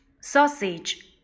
Sausage